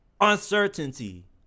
Uncertainty